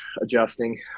adjusting